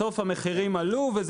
והמחירים עלו.